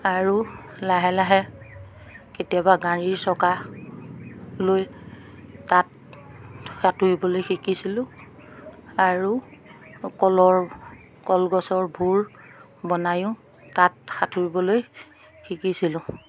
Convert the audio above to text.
আৰু লাহে লাহে কেতিয়াবা গাড়ীৰ চকা লৈ তাত সাঁতোৰিবলৈ শিকিছিলোঁ আৰু কলৰ কলগছৰ ভুৰ বনায়ো তাত সাঁতোৰিবলৈ শিকিছিলোঁ